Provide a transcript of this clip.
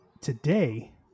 Today